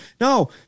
No